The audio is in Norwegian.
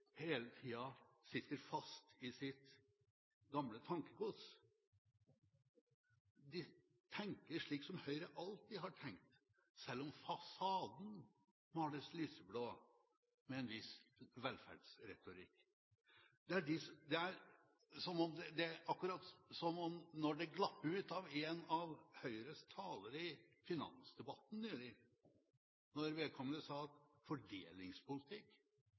hele tida sitter fast i sitt gamle tankegods. De tenker slik som Høyre alltid har tenkt, selv om fasaden males lys blå med en viss velferdsretorikk. Det er akkurat som da det glapp ut av en av Høyres talere i finansdebatten nylig, at fordelingspolitikk er noe som sosialdemokrater driver med. Det er helt riktig, det. Vi driver med det, og fordelingspolitikk